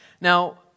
Now